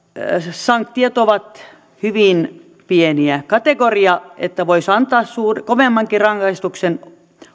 sanktiot ovat hyvin pieniä kategoria että voisi antaa kovemmankin rangaistuksen